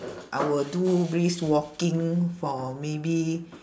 I will do brisk walking for maybe